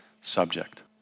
subject